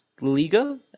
Liga